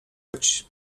być